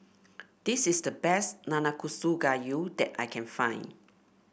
this is the best Nanakusa Gayu that I can find